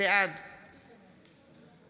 בעד